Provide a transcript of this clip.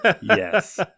Yes